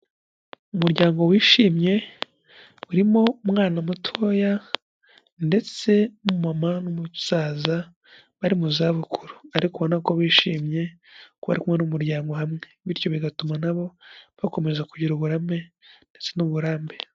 Umuryango wishimye. Urimo umwana mutoya, ndetse n'umama n'umusaza, bari mu z'abukuru. Ariko ubona ko bishimye, kuko bari kumwe nk'umuryango hamwe. Bityo bigatuma nabo, bakomeza kugira uburame, ndetse n'uburambe.